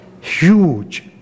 huge